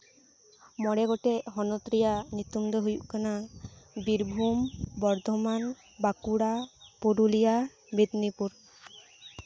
ᱢᱚᱬᱮ ᱜᱚᱴᱮᱱ ᱦᱚᱱᱚᱛ ᱨᱮᱭᱟᱜ ᱧᱩᱛᱩᱢ ᱫᱚ ᱦᱩᱭᱩᱜ ᱠᱟᱱᱟ ᱵᱤᱨᱵᱷᱩᱢ ᱵᱚᱨᱫᱷᱚᱢᱟᱱ ᱵᱟᱸᱠᱩᱲᱟ ᱯᱩᱨᱩᱞᱤᱭᱟᱹ ᱢᱮᱫᱱᱤᱯᱩᱨ